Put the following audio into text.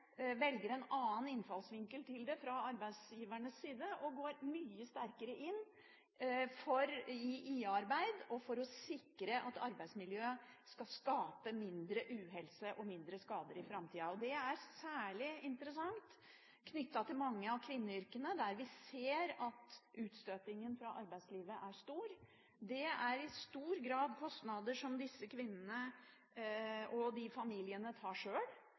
velger en annen innfallsvinkel til det fra arbeidsgivernes side og går mye sterkere inn for IA-arbeid og for å sikre at arbeidsmiljøet skal skape mindre uhelse og mindre skader i framtida. Det er særlig interessant knyttet til mange av kvinneyrkene, der vi ser at utstøtingen fra arbeidslivet er stor. Det er i stor grad kostnader som disse kvinnene og familiene tar sjøl,